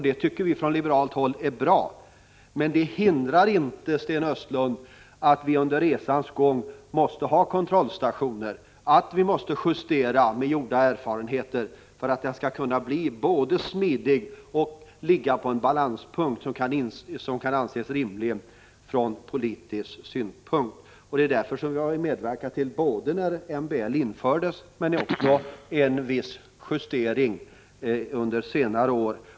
Det tycker vi från liberalt håll är bra, men det hindrar inte, Sten Östlund, att vi under resans gång måste ha kontrollstationer, att vi med gjorda erfarenheter måste justera lagen för att den skall kunna bli både smidig och ligga på en balanspunkt som kan anses rimlig från politisk synpunkt. Därför har vi medverkat både när MBL infördes och också i viss utsträckning under senare år.